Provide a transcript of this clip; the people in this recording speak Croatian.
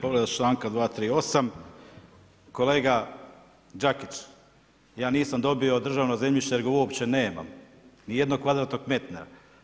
Povreda članka 238. kolega Đakić, ja nisam dobio državno zemljište jer ga uopće nemam ni jednog kvadratnog metra.